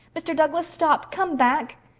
mr. douglas, stop! come back.